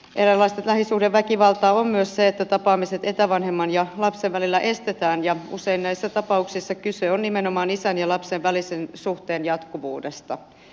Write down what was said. eräänlaista lähisuhdeväkivaltaa on myös se että tapaamiset etävanhemman ja lapsen välillä estetään ja usein näissä tapauksissa kyse on nimenomaan isän ja lapsen välisen suhteen jatkuvuudesta